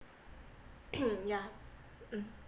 yeah